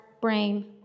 brain